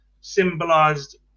symbolized